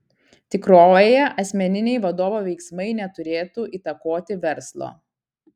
tikrovėje asmeniniai vadovo veiksmai neturėtų įtakoti verslo